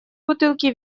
бутылки